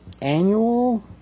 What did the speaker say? Annual